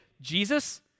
jesus